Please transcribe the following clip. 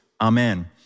amen